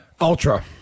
Ultra